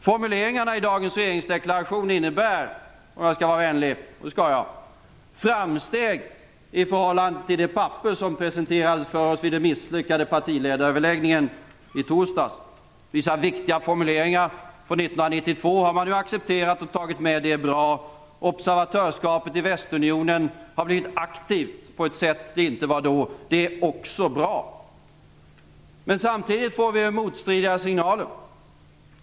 Formuleringarna i dagens regeringsdeklaration innebär om jag skall vara vänlig - och det skall jag - framsteg i förhållande till det papper som presenterades för oss vid den misslyckade partiledaröverläggningen i torsdags. Vissa viktiga formuleringar från 1992 har man nu accepterat och tagit med. Det är bra. Observatörskapet i Västunionen har blivit aktivt på ett sätt som det inte var då. Det är också bra. Men samtidigt får vi motstridiga signaler.